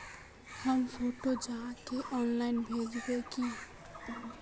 हम फोटो आहाँ के ऑनलाइन भेजबे की?